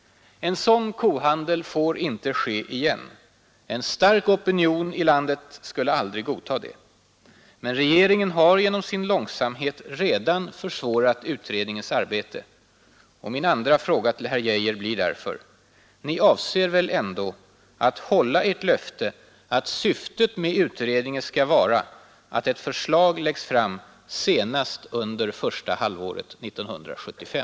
En sådan kohandel får inte ske igen. En stark opinion i landet skulle aldrig godta det. Men regeringen har genom sin långsamhet redan försvårat utredningens arbete. Och min andra fråga till herr Geijer blir därför: Ni avser väl ändå att hålla ert löfte att syftet med utredningen skall vara att ett förslag läggs fram senast under första halvåret 1975?